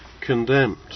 condemned